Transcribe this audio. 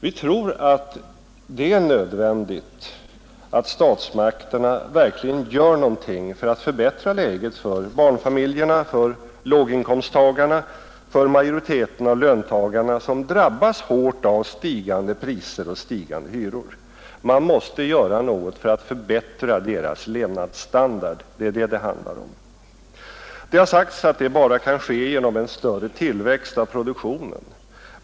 Vi tror att det är nödvändigt att statsmakterna verkligen gör någonting för att förbättra läget för barnfamiljerna, för låginkomsttagarna, för majoriteten av löntagarna som drabbas hårt av stigande priser och hyror. Man måste göra något för att förbättra deras levnadsstandard — det är vad det handlar om. Det har sagts att det bara kan ske genom en större tillväxt av produktionen.